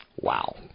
Wow